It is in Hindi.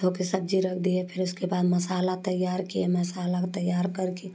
धोकर सब्ज़ी रख दिए फिर उसके बाद मसाला तैयार किए मसाला तैयार करके